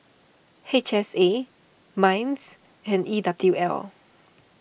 H S A Minds and E W L